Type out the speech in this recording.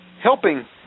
Helping